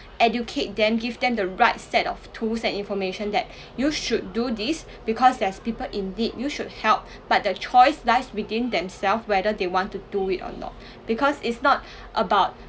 educate them give them the right set of tools and information that you should do this because there's people in need you should help but the choice lies within themself whether they want to do it or not because it's not about